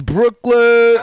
Brooklyn